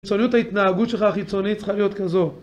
חיצוניות ההתנהגות שלך החיצונית, צריכה להיות כזו